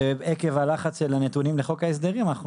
עקב הלחץ של הנתונים לחוק ההסדרים אנחנו